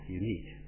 unique